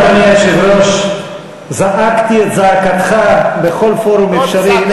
אדוני היושב-ראש, זעקתי את זעקתך בכל פורום אפשרי.